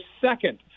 second